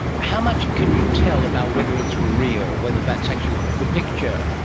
how much can you tell about whether it's real, whether that's actually the picture?